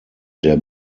der